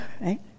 right